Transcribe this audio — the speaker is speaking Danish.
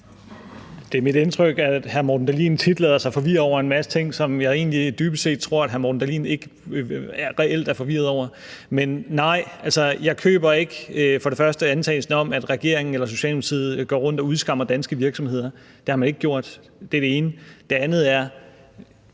De er mit indtryk, at hr. Morten Dahlin tit lader sig forvirre over en masse ting, som jeg egentlig dybest set tror hr. Morten Dahlin ikke reelt er forvirret over. Men nej, jeg køber for det første ikke antagelsen om, at regeringen eller Socialdemokratiet går rundt og udskammer danske virksomheder. Det har man ikke gjort. Det er det ene. Det andet er,